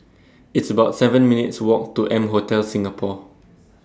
It's about seven minutes' Walk to M Hotel Singapore